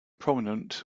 prominent